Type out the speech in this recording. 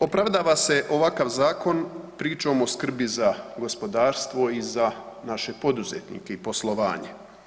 Opravdava se ovakav zakon pričom o skrbi za gospodarstvo i za naše poduzetnike i poslovanje.